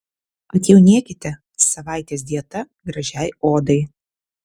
atjaunėkite savaitės dieta gražiai odai